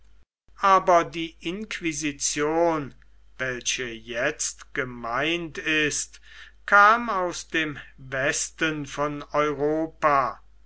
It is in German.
aber die inquisition welche jetzt gemeint ist kam aus dem westen von europa